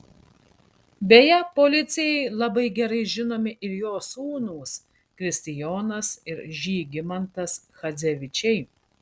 beje policijai labai gerai žinomi ir jo sūnūs kristijonas ir žygimantas chadzevičiai